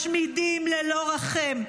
משמידים ללא רחם.